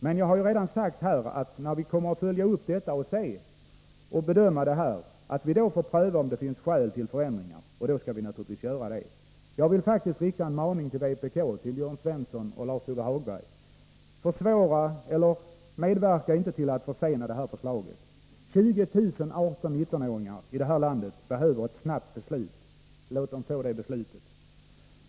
Men jag har redan sagt att vi kommer att följa upp detta och bedöma om det finns skäl för förändringar. I så fall skall vi naturligtvis göra sådana. Jag vill faktiskt rikta en maning till vpk, till Jörn Svensson och Lars-Ove Hagberg: Medverka inte till att försena detta förslag! 20 000 18-19-åringar i detta land behöver ett snabbt beslut. Låt dem få det beslutet!